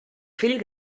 fill